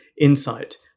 insight